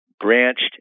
branched